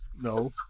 No